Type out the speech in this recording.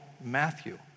Matthew